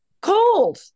cold